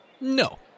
No